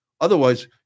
Otherwise